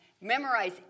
memorize